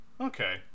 Okay